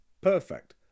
perfect